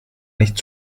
nicht